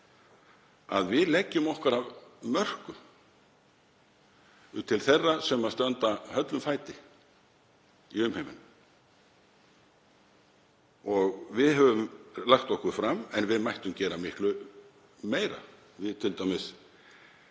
að við leggjum okkar af mörkum til þeirra sem standa höllum fæti í umheiminum. Við höfum lagt okkur fram en við mættum gera miklu meira. Við höfum um